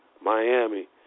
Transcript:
Miami